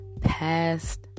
past